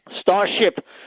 Starship